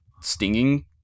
stinging